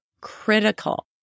critical